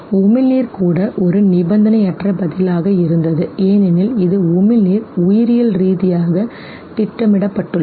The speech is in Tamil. உமிழ்நீர் கூட ஒரு நிபந்தனையற்ற பதிலாக இருந்தது ஏனெனில் இது உமிழ்நீர் உயிரியல் ரீதியாக திட்டமிடப்பட்டுள்ளது